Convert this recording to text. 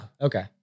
Okay